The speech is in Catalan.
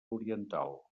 oriental